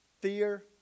fear